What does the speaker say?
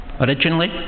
Originally